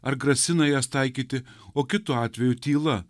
ar grasina jas taikyti o kitu atveju tyla